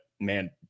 man